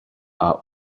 are